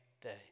day